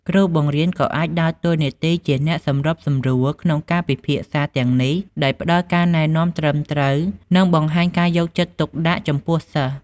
គ្រូបង្រៀនក៏អាចដើរតួនាទីជាអ្នកសម្របសម្រួលក្នុងការពិភាក្សាទាំងនេះដោយផ្ដល់ការណែនាំត្រឹមត្រូវនិងបង្ហាញការយកចិត្តទុកដាក់ចំពោះសិស្ស។